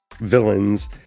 villains